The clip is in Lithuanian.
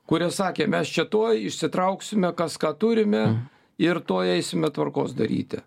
kurie sakė mes čia tuoj išsitrauksime kas ką turime ir tuoj eisime tvarkos daryti